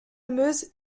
meuse